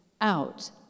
out